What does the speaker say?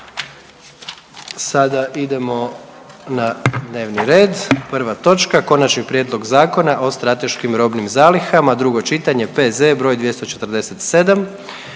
Sada idemo na dnevni red. Prva točka: - Konačni prijedlog Zakona o strateškim robnim zalihama, drugo čitanje, P.Z. br. 247;